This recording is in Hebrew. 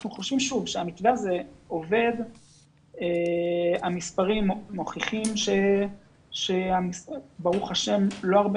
אנחנו חושבים שהמתווה הזה עובד והמספרים מוכיחים שברוך השם לא הרבה